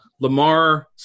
Lamar